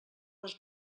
les